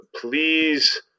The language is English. please